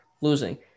losing